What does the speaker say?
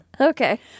Okay